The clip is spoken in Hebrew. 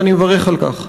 ואני מברך על כך,